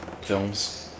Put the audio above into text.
films